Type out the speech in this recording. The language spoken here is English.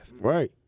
Right